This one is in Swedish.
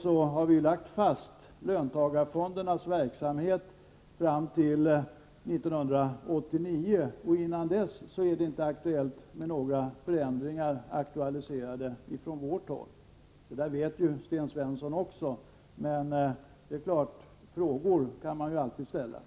Vi har fastlagt löntagarfondernas verksamhet fram till 1989, och innan dess är det inte aktuellt att göra några förändringar från vårt håll. Detta vet Sten Svensson, men han kan naturligtvis ställa frågor ändå.